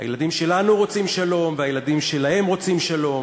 הילדים שלנו רוצים שלום והילדים שלהם רוצים שלום.